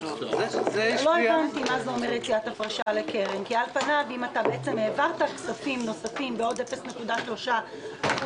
על פניו אם העברת כספים נוספים בעוד 0.3%